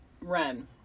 Ren